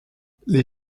les